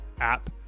app